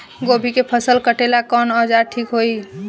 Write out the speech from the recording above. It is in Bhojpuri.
गोभी के फसल काटेला कवन औजार ठीक होई?